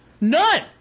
None